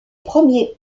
premier